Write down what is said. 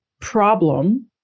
problem